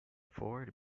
ford